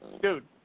Dude